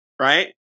right